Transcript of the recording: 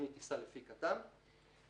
תכנית טיסה לפי כט"מ, (2)